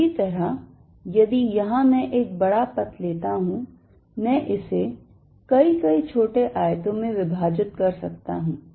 इसी तरह यदि यहां मैं एक बड़ा पथ लेता हूं मैं इसे कई कई छोटे आयतों में विभाजित कर सकता हूं